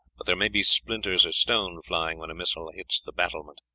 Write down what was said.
but there may be splinters of stone flying when a missile hits the battlement.